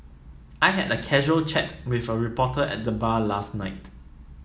I had a casual chat with a reporter at the bar last night